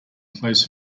plays